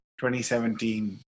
2017